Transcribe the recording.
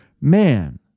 man